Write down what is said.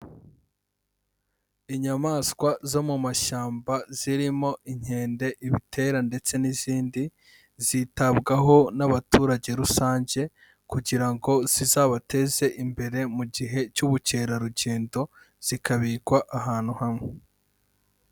Inyamaswa zo mu mashyamba zirimo inkende, ibitera ndetse n'izindi, zitabwaho n'abaturage rusange kugira ngo zizabateze imbere mu gihe cy'ubukerarugendo, zikabikwa ahantu hamwe.